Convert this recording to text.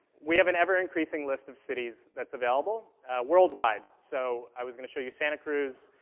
we have an ever-increasing list of cities that's available worldwide. so i was gonna show you santa cruz,